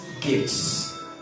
gifts